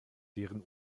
deren